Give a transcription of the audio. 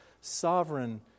sovereign